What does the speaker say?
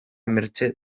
mertxe